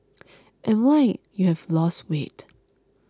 and why you have lost weight